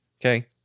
okay